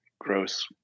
gross